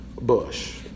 Bush